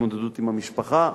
ההתמודדות עם המשפחה,